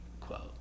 quote